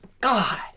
God